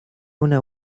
una